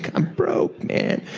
i'm broke, man.